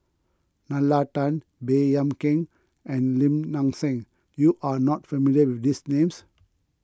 Nalla Tan Baey Yam Keng and Lim Nang Seng you are not familiar with these names